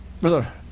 Brother